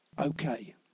Okay